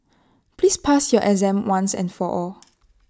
please pass your exam once and for all